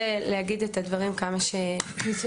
(יו"ר ועדת ביטחון הפנים): צביקי,